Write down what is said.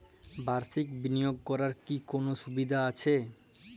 বাষির্ক বিনিয়োগ করার কি কোনো সুবিধা আছে?